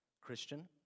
Christian